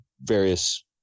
various